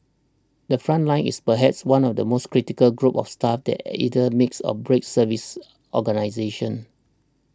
the front line is perhaps one of the most critical groups of staff that either makes or breaks service organisations